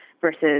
versus